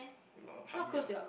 no hardly ah